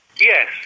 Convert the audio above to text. Yes